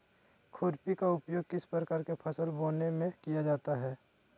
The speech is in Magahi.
खुरपी का उपयोग किस प्रकार के फसल बोने में किया जाता है?